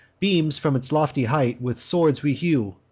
beams from its lofty height with swords we hew,